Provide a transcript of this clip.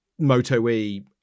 MotoE